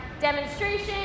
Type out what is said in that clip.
demonstration